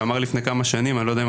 ואמר לפני כמה שנים אני לא יודע אם